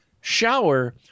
shower